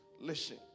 Listen